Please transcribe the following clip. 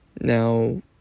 Now